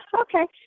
okay